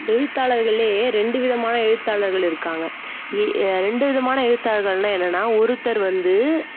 எழுத்தாளர்களே ரெண்டு விதமான எழுத்தாளர்கள் இருக்காங்க எ ரெண்டு விதமான எழுத்தாளர்கள்னால் என்னென்னால் ஒருத்தர் வந்து